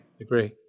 Agree